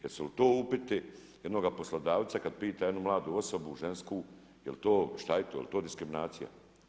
Jesu li to upiti jednoga poslodavca kad pita jednu mladu osobu, žensku, je li to, što je to, jel to diskriminacija?